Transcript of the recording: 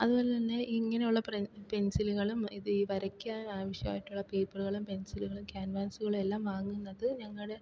അതുപോലെ തന്നെ ഇങ്ങനെയുള്ള പ്ര പെൻസിലുകളും ഇത് ഈ വരയ്ക്കാൻ ആവശ്യമായിട്ടുള്ള പേപ്പറുകളും പെൻസിലും ക്യാൻവാസുകളും എല്ലാം വാങ്ങുന്നത് ഞങ്ങൾ